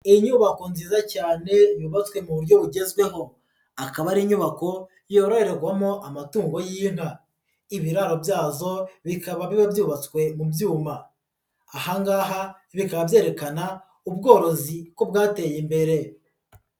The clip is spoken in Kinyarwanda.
Inyubako nziza cyane yubatswe mu buryo bugezweho akaba ari inyubako yororerwamo amatungo y'inka, ibiraro byazo bikaba biba byubatswe mu byuma, aha ngaha bikaba byerekana ubworozi ko bwateye imbere.